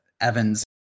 Evans